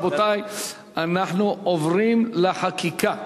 רבותי, אנחנו עוברים לחקיקה.